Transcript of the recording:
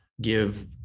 give